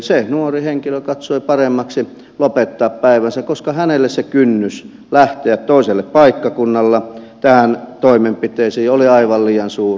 se nuori henkilö katsoi paremmaksi lopettaa päivänsä koska hänelle se kynnys lähteä toiselle paikkakunnalle tähän toimenpiteeseen oli aivan liian suuri